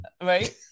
Right